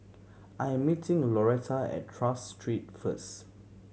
I am meeting Lauretta at Tras Street first